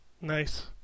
Nice